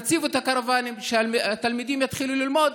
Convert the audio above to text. תציבו את הקרוונים כדי שהתלמידים יתחילו ללמוד,